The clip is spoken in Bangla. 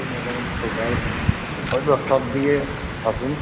ওই মোটামোটি সকাল ওই দশটার দিকে আসুন